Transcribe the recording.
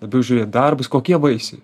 labiau žiūrėt darbus kokie vaisiai